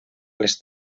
les